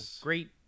great